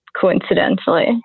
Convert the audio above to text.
coincidentally